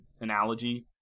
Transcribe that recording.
analogy